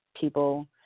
people